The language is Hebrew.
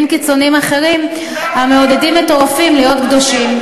קיצוניים אחרים המעודדים מטורפים להיות קדושים.